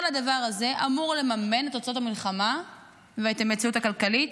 כל הדבר הזה אמור לממן את הוצאות המלחמה ואת המציאות הכלכלית.